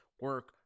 Work